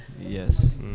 yes